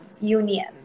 union